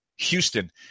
Houston